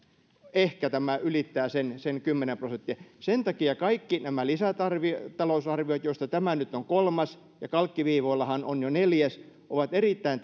ehkä tämä ylittää sen sen kymmenen prosenttia sen takia kaikki nämä lisätalousarviot joista tämä nyt on kolmas ja kalkkiviivoillahan on jo neljäs ovat erittäin